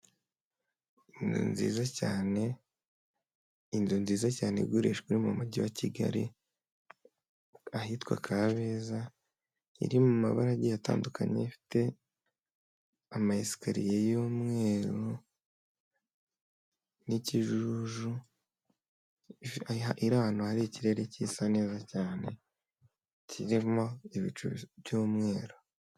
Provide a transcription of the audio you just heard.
Ni nziza cyane inzu nziza cyane igurishwa iri mu mujyi wa kigali ahitwa kabeza iri mu mabara agiye atandukanye ifite ama esikariye y'umweruru n'ikijuju iri ahantu hari ikirere cyisa neza cyane kirimo ibicu by'umweru.